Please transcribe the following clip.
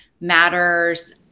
matters